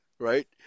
right